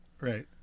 Right